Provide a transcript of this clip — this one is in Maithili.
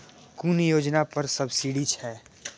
कुन योजना पर सब्सिडी छै?